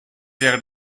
wäre